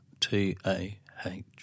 T-A-H